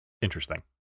interesting